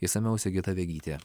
išsamiau sigita vegytė